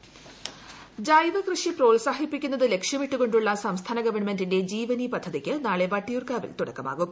ജീവനി പദ്ധതി ജൈവകൃഷി പ്രോത്സാഹിപ്പിക്കുന്നത് ലക്ഷ്യമിട്ടുകൊണ്ടുള്ള സംസ്ഥാന ഗവൺമെന്റിന്റെ ജീവനി പദ്ധതിക്ക് നാളെ വട്ടിയൂർക്കാവിൽ തുടക്കമാകും